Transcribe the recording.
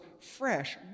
fresh